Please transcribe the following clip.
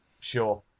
sure